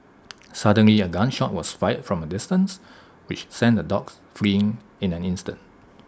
suddenly A gun shot was fired from A distance which sent the dogs fleeing in an instant